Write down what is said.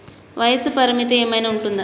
వయస్సు పరిమితి ఏమైనా ఉంటుందా?